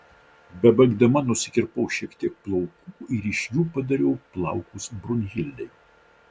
bebaigdama nusikirpau šiek tiek plaukų ir iš jų padariau plaukus brunhildai